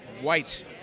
White